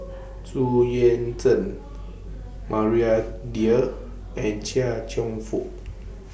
Xu Yuan Zhen Maria Dyer and Chia Cheong Fook